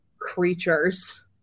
Creatures